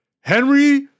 Henry